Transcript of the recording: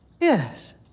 Yes